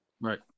right